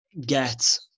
get